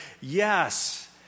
yes